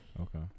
Okay